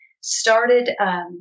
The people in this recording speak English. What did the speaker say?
started